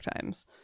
Times